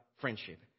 friendship